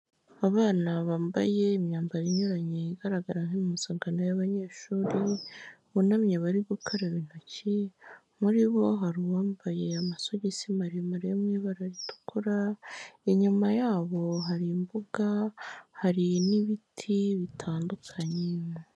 Abana bambaye imyambaro inyuranye igaragara nk'impuzangano y'abanyeshuri, bunamye bari gukaraba intoki. Muri bo hari uwambaye amasogisi maremare yo mu ibara ritukura, inyuma yabo hari imbuga hari n'ibiti bitandukanye.